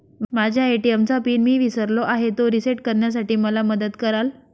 माझ्या ए.टी.एम चा पिन मी विसरलो आहे, तो रिसेट करण्यासाठी मला मदत कराल?